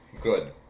good